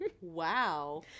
Wow